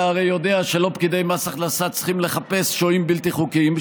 אתה הרי יודע שלא פקידי מס הכנסה צריכים לחפש שוהים בלתי חוקיים,